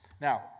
Now